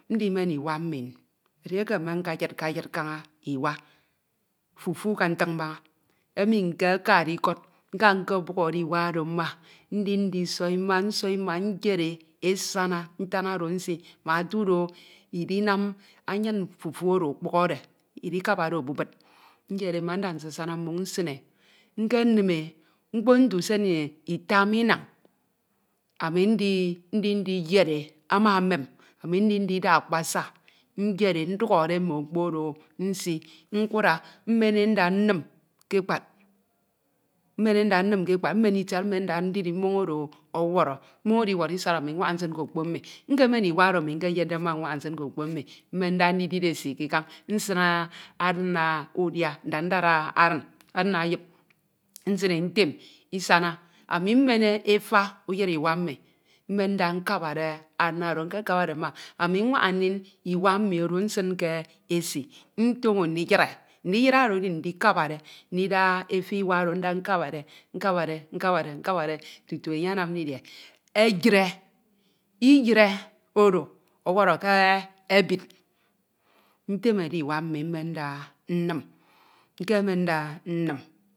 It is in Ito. Ndimen iwa mmi. Edieke mmekeyidkeyid kaña iwa, fufu ke ntiñ mbaña emi nkekade ikọd nka nkebukhọre iwa oro mma ndi ndisọi mma, nsoị mma nyed e esana ntan oro esi mbak otu do ininam anyin fufu oro ọkpukhọre idikabade obubid nyed e mma nda nasasana mmoñ nsin e nkenim e mkpo nte usen ita me inañ ami ndi ndindi yed e ama emem ami ndi ndida akpasa ndukhọre mme okpo odo nsi nkura, mmen e nda nnim ke ekpad, mmen e nda nnim ke ekpad. Mmen itiad mmen nda ndidi mmoñ oro ọwọrọ, mmoñ oro iwọrọ ima isad, ami mwaña nsin ke okpo mmi. Nkemen iwa oro ami nkeyedde mma nwaña nsin ke okpo mmi. mmen nda ndidi esi k'ikañ nsin adin udia, ndadndad adin, adin eyip nsin e ntem, isana, ami mmen efa uyid iwa mmi mmenda nkabade adin oro, nkekabade mma, ami nwaña ndin iwa mmi oro nsin ke esi ntoñ ndiyid e. Ndiyid e oro edi ndikabade, nda efa iwa oro nda nkabade, nkabade, nkabade, nkabade tutu enye eyire, iyire oro ọwọrọ ke ebid, ntemede iwa mmi mmenda nnim, nkemenda nnim